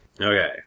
Okay